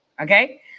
Okay